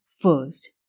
first